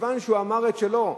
מכיוון שהוא אמר את שלו,